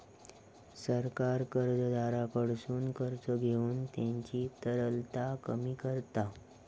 सरकार कर्जदाराकडसून कर्ज घेऊन त्यांची तरलता कमी करता